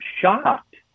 shocked